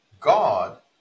god